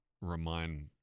remind